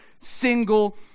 single